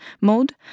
mode